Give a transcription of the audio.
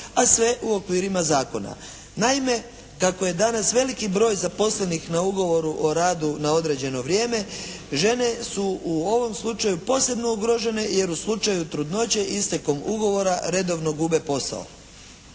a sve u okvirima zakona. Naime, kako je danas veliki broj zaposlenih na ugovor o radu na određeno vrijeme žene su u ovom slučaju posebno ugrožene jer u slučaju trudnoće istekom ugovora redovno gube posao.